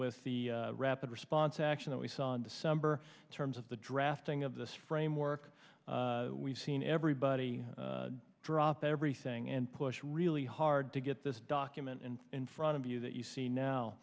with the rapid response action that we saw in december terms of the drafting of this framework we've seen everybody drop everything and push really hard to get this document and in front of you that you see